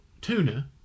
tuna